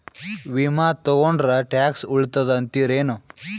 ವಿಮಾ ತೊಗೊಂಡ್ರ ಟ್ಯಾಕ್ಸ ಉಳಿತದ ಅಂತಿರೇನು?